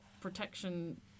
protection